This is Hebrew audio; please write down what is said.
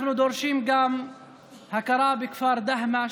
אנחנו דורשים גם הכרה בכפר דהמש